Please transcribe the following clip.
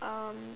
um